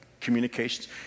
communications